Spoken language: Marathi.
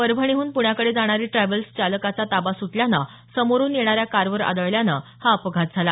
परभणीहून पुण्याकडे जाणारी ट्रॅव्हल्स चालकाचा ताबा सुटल्यानं समोरुन येणाऱ्या कारवर आदळल्यानं हा अपघात झाला